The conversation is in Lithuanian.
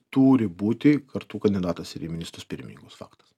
turi būti kartu kandidatas ir į ministrus pirmininkus faktas